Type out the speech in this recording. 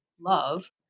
love